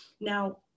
Now